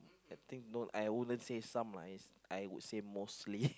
I think no I wouldn't say some ice I would say mostly